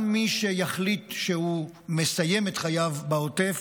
גם מי שיחליט שהוא מסיים את חייו בעוטף,